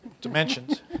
dimensions